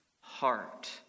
heart